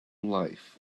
life